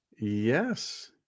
Yes